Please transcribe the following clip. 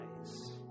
eyes